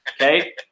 Okay